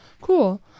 Cool